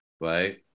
right